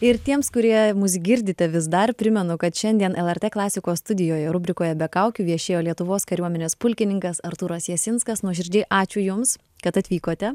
ir tiems kurie mus girdite vis dar primenu kad šiandien lrt klasikos studijoje rubrikoje be kaukių viešėjo lietuvos kariuomenės pulkininkas artūras jasinskas nuoširdžiai ačiū jums kad atvykote